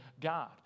God